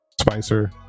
Spicer